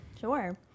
sure